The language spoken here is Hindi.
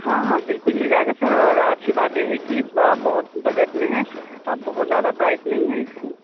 हाँ हाँ बिलकुल मिल जाएगा सर और अच्छी बात ये है की बहुत बजट में है बहुत ज़्यादा प्राइस नहीं है इससे